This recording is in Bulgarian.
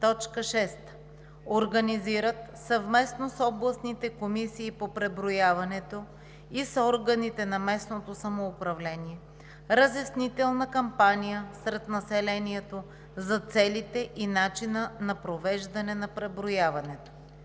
6. организират съвместно с областните комисии по преброяването и с органите на местното самоуправление разяснителна кампания сред населението за целите и начина на провеждане на преброяването;